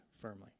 firmly